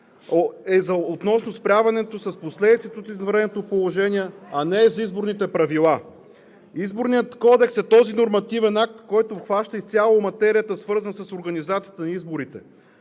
е относно справянето с последиците от извънредното положение, а не е за изборните правила. Изборният кодекс е този нормативен акт, който обхваща изцяло материята, свързана с организацията на изборите.